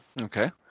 Okay